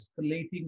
escalating